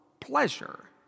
Pleasure